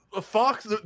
Fox